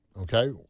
okay